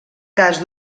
cas